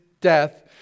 death